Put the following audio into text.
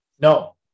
No